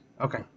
Okay